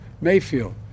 Mayfield